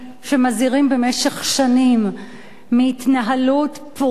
שמזהירים במשך שנים מהתנהלות פרועה,